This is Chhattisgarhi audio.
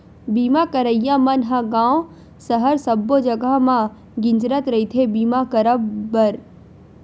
बीमा करइया मन ह गाँव सहर सब्बो जगा म गिंजरत रहिथे बीमा करब बर